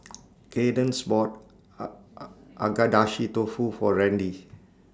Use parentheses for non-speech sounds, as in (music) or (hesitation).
(noise) Kaydence bought (hesitation) Agedashi Dofu For Randy